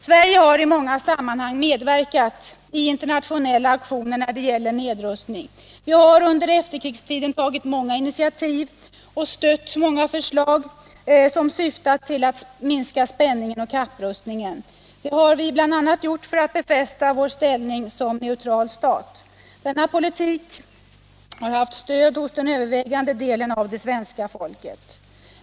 Sverige har i många sammanhang medverkat i internationella aktioner när det gäller nedrustning. Vi har under efterkrigstiden tagit många initiativ och stött många förslag som syftat till att minska spänningen och kapprustningen. Det har vi gjort bl.a. för att befästa vår ställning som neutral stat. Denna politik har också haft stöd hos den övervägande delen av det svenska folket.